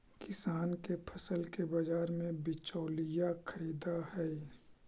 किसान के फसल के बाजार में बिचौलिया खरीदऽ हइ